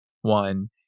one